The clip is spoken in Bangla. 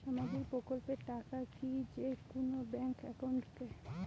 সামাজিক প্রকল্পের টাকা কি যে কুনো ব্যাংক একাউন্টে ঢুকে?